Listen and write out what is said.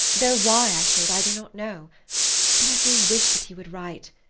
though why i should i do not know but i do wish that he would write,